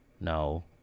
No